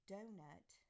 Donut